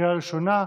קריאה ראשונה.